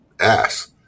ass